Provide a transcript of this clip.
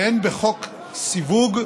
והן בחוק סיווג,